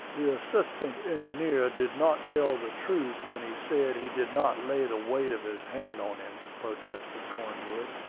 the assistant engineer did not tell the truth when he said he did not lay the weight of his hand on him, protested cornwood.